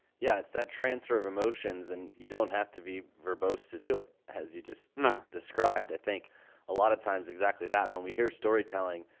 yeah. it's that transfer of emotions and you don't have to be verbose to do it as you just described. i think a lot of times exactly that when we hear storytelling.